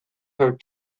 her